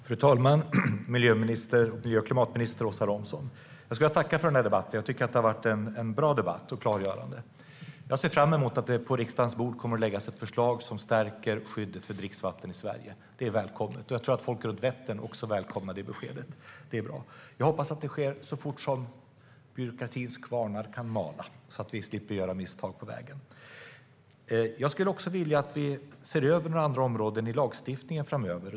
Fru talman! Jag vill tacka för den här debatten, klimat och miljöminister Åsa Romson! Jag tycker att det har varit en bra och klargörande debatt. Jag ser fram emot att det på riksdagens bord kommer att läggas ett förslag som stärker skyddet för dricksvatten i Sverige. Det är välkommet. Jag tror att folk runt Vättern också välkomnar beskedet. Jag hoppas att det sker så fort som byråkratins kvarnar kan mala, så att vi slipper göra misstag på vägen. Jag skulle också vilja att vi ser över några andra områden i lagstiftningen framöver.